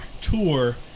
tour